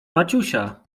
maciusia